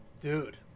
Dude